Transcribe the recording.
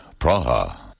Praha